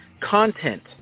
content